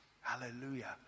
hallelujah